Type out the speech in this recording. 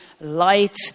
light